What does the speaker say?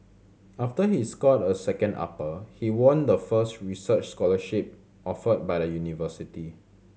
after he scored a second upper he won the first research scholarship offered by the university